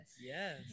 Yes